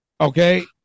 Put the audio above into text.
okay